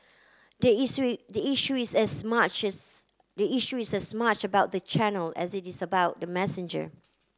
the issue the issue is as much as the issue is as much about the channel as it is about the messenger